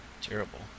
terrible